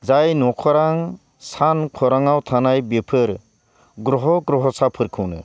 जाय नखोरां सानखौराङाव थानाय बेफोर ग्रह' ग्रह'साफोरखौनो